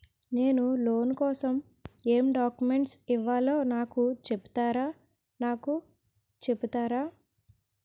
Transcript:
నేను లోన్ కోసం ఎం డాక్యుమెంట్స్ ఇవ్వాలో నాకు చెపుతారా నాకు చెపుతారా?